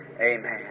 amen